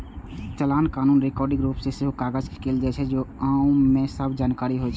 चालान कानूनी रिकॉर्डक रूप मे सेहो काज कैर सकै छै, जौं ओइ मे सब जानकारी होय